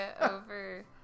over